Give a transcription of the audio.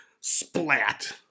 splat